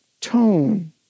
tone